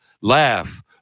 Laugh